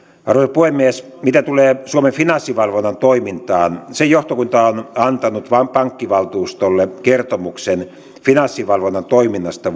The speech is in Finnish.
puhemies mitä tulee suomen finanssivalvonnan toimintaan sen johtokunta on antanut pankkivaltuustolle kertomuksen finanssivalvonnan toiminnasta